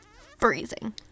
freezing